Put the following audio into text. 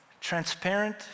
transparent